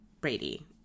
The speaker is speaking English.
Brady